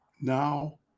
now